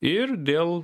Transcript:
ir dėl